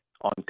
on